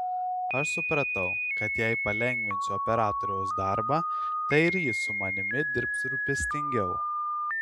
aš supratau kad jei palengvinsiu operatoriaus darbą tai ir jis su manimi dirbs rūpestingiau